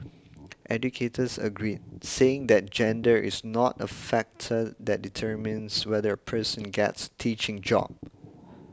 educators agreed saying that gender is not a factor that determines whether a person gets teaching job